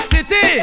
City